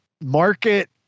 market